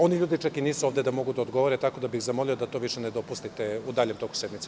Oni čak i nisu ovde da mogu da odgovore, tako da bih zamolio da to više ne dopuštate u daljem toku sednice.